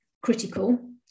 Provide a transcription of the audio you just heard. critical